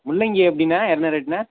முள்ளங்கி எப்படிண்ண என்ன ரேட்ண்ண